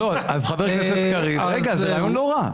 אז חבר הכנסת, קריב, רגע, זה רעיון לא רע.